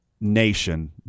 nation